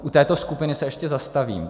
U této skupiny se ještě zastavím.